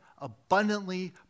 abundantly